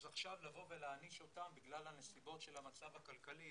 אז עכשיו לבוא ולהעניש אותן בגלל הנסיבות של המצב הכלכלי,